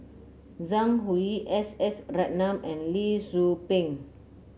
Zhang Hui S S Ratnam and Lee Tzu Pheng